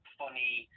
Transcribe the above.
funny